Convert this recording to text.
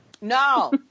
No